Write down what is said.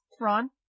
ron